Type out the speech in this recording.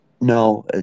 No